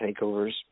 takeovers